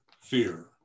fear